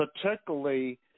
particularly